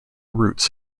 roots